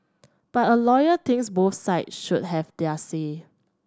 but a lawyer thinks both side should have their say